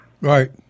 Right